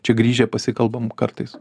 čia grįžę pasikalbam kartais